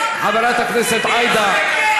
בכבוד.